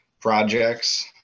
projects